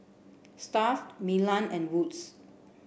Stuff Milan and Wood's